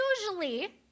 usually